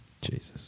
Jesus